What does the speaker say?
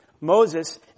Moses